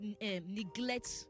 neglect